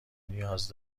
نیاز